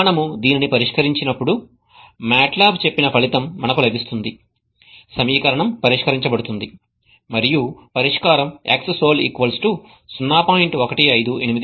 మనము దీనిని పరిష్కరించినప్పుడు MATLAB చెప్పిన ఫలితం మనకు లభిస్తుంది సమీకరణం పరిష్కరించబడుతుంది మరియు పరిష్కారం xSol 0